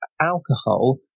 alcohol